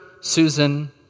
Susan